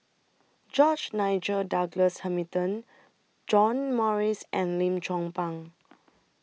George Nigel Douglas Hamilton John Morrice and Lim Chong Pang